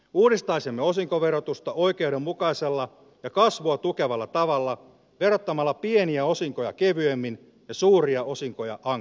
uudistaisimme osinkoverotusta oikeudenmukaisella ja kasvua tukevalla tavalla verottamalla pieniä osinkoja kevyemmin ja suuria osinkoja ankarammin